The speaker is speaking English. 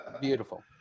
Beautiful